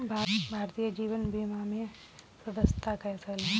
भारतीय जीवन बीमा निगम में सदस्यता कैसे लें?